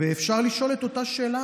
אפשר לשאול את אותה שאלה,